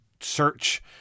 search